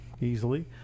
easily